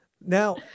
now